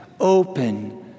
open